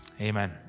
Amen